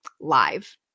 live